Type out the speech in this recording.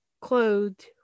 clothed